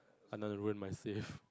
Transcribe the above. another ruin my save